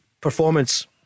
performance